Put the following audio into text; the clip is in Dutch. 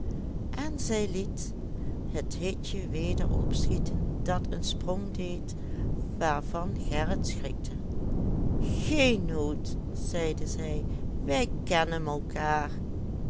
en zij liet het hitje weder opschieten dat een sprong deed waarvan gerrit schrikte geen nood zeide zij wij kennen malkaar